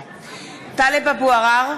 (קוראת בשמות חברי הכנסת) טלב אבו עראר,